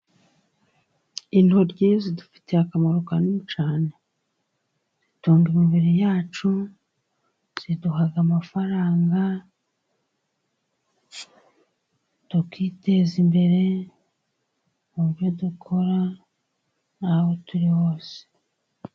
Intoryi zidufitiye akamaro kanini cyane. Zitunga imibiri yacu, ziduha amafaranga, tukiteza imbere mu byo dukora, n'aho turi hose.